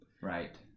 right